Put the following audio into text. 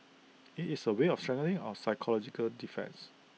IT is A way of strengthening our psychological defence